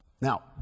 Now